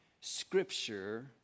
scripture